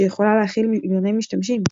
שיכולה להכיל מיליוני משתמשים.